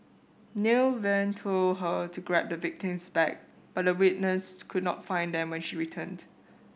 Nair then told her to grab the victim's bag but the witness could not find them when she returned